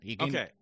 Okay